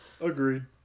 Agreed